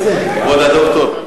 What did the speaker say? כבוד הדוקטור.